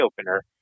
opener